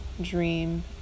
dream